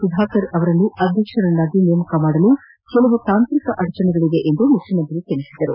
ಸುಧಾಕರ್ ಅವರನ್ನು ಅಧ್ಯಕ್ಷರಾಗಿ ನೇಮಕ ಮಾಡಲು ಕೆಲವು ತಾಂತ್ರಿಕ ಅಡಚಣೆಗಳಿವೆ ಎಂದು ಮುಖ್ಯಮಂತ್ರಿ ಹೇಳಿದರು